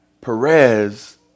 Perez